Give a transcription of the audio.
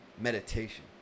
Meditation